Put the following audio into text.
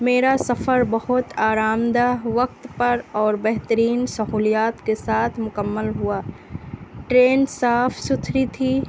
میرا سفر بہت آرام دہ وقت پر اور بہترین سہولیات کے ساتھ مکمل ہوا ٹرین صاف ستھری تھی